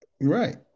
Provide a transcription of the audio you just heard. Right